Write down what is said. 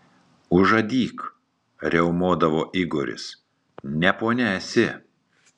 užadyk riaumodavo igoris ne ponia esi